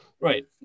Right